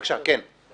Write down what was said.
בבקשה, כן.